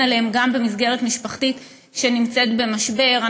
עליהם גם במסגרת משפחתית שנמצאת במשבר,